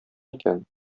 икән